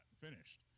finished